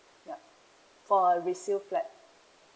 yea for resale flat